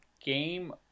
game